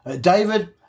David